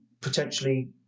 potentially